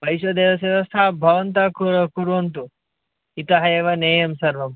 वैश्वदेवस्य व्यवस्थां भवन्तः कुर् कुर्वन्तु इतः एव नेयं सर्वं